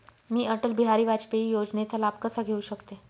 मी अटल बिहारी वाजपेयी योजनेचा लाभ कसा घेऊ शकते?